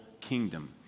kingdom